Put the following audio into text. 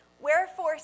Wherefore